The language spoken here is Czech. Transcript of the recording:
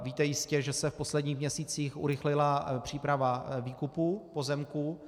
Víte jistě, že se v posledních měsících urychlila příprava výkupů pozemků.